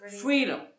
Freedom